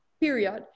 period